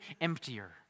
emptier